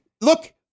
look